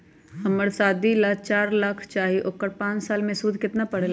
हमरा शादी ला चार लाख चाहि उकर पाँच साल मे सूद कितना परेला?